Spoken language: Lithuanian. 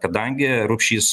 kadangi rupšys